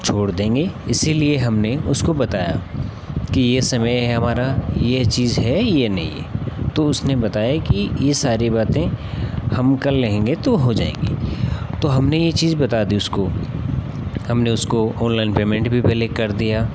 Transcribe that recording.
छोड़ देंगे इसीलिए हमने उसको बताया कि यह समय है हमारा यह चीज़ है या नहीं है तो उसने बताया कि ये सारी बातें हम कल आएंगे तो हो जाएगी तो हमने यह चीज़ बता दी उसको हमने उसको ऑनलाइन पेमेंट भी पहले कर दिया